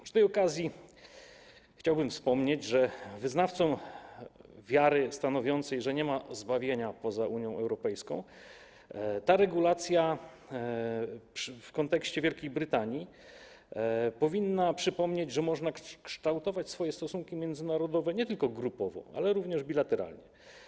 Przy tej okazji chciałbym wspomnieć wyznawcom wiary stanowiącej, że nie ma zbawienia poza Unią Europejską, że ta regulacja w kontekście Wielkiej Brytanii powinna przypomnieć, że można kształtować swoje stosunki międzynarodowe nie tylko grupowo, ale również bilateralnie.